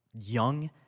young